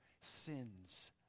sins